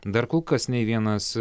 dar kol kas nei vienas